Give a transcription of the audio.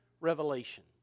revelation